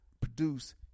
produce